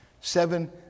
Seven